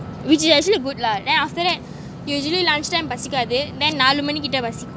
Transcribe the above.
which is actually good lah then after that usually lunch time பசிக்காது:pasikkathu then கிட்ட பசிக்கும்:kitta pasikum